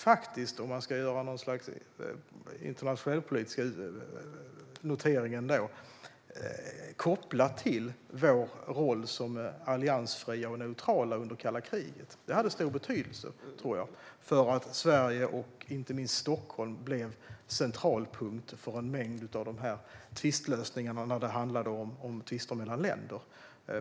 Faktiskt, om man ska göra något slags internationell politisk notering, är detta kopplat till vår roll som alliansfria och neutrala under kalla kriget. Det hade stor betydelse, tror jag, för att Sverige och inte minst Stockholm blev centralpunkt för en mängd av de tvistlösningar som handlade om tvister mellan länder.